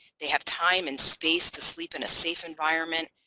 they have time and space to sleep in a safe environment,